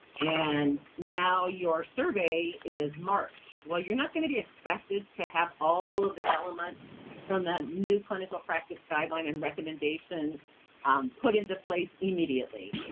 and now your survey is march. well you're not gonna be expected to have all of the elements from that new clinical practice guideline and recommendation put into place immediately,